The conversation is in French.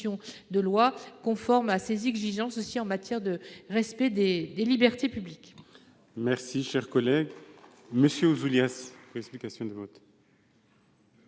de loi, conforme à ses exigences en matière de respect des libertés publiques. La parole est à M. Pierre Ouzoulias, pour explication de vote.